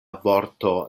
vorto